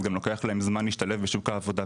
אז גם לוקח להם זמן להשתלב בשוק העבודה,